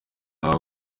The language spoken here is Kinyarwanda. naho